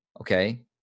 okay